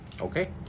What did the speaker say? Okay